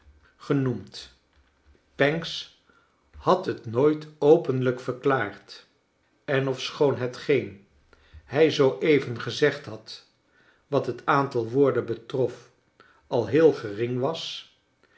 genoemd pancks had het nooit openlijk verklaard en ofschoon hetgeen hij zoo even gezegd had wat het aantal woorden betrof al heel gering was